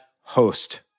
host